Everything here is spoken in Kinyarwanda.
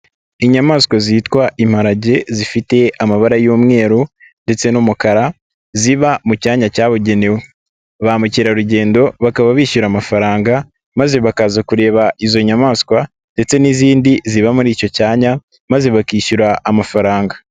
Inyamaswa zitwa imparage, zifite amabara y'umweru ndetse n'umukara, ziba mu cyanya cyabugenewe, ba mukerarugendo bakaba bishyura amafaranga maze bakaza kureba izo nyamaswa ndetse n'izindi ziba muri icyo cyanya maze bakishyura amafaranga.